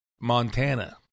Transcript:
Montana